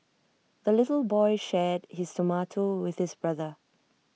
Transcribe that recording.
the little boy shared his tomato with his brother